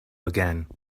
again